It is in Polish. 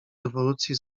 rewolucji